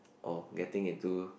or getting in do